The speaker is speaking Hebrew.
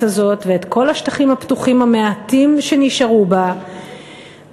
הזאת ואת כל השטחים הפתוחים המעטים שנשארו בה בבטון,